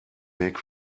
weg